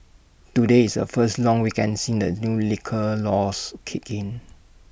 today is A first long weekend since the new liquor laws kicked in